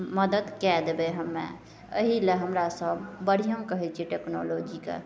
मदति कै देबै हमे एहिले हमरासभ बढ़िआँ कहै छिए टेक्नोलॉजीके